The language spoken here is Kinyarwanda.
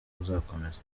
buzakomeza